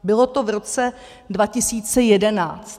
Bylo to v roce 2011.